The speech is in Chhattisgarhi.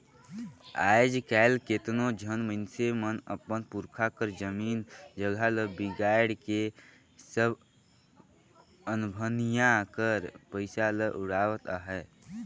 आएज काएल केतनो झन मइनसे मन अपन पुरखा कर जमीन जगहा ल बिगाएड़ के सब अनभनिया कर पइसा ल उड़ावत अहें